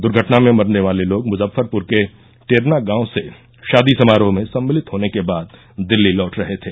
दुर्घटना में मरने वाले लोग म्जफ्फरप्र के टेरना गांव से शादी समारोह में सम्मिलित होने के बाद दिल्ली लौट रहे थे